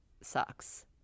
sucks